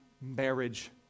marriage